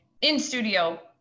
in-studio